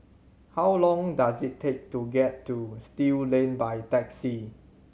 how long does it take to get to Still Lane by taxi